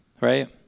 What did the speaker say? right